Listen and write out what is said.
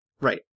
Right